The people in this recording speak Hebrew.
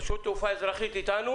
רת"ע, רשות תעופה אזרחית, אתם אתנו